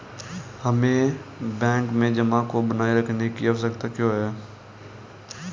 हमें बैंक में जमा को बनाए रखने की आवश्यकता क्यों है?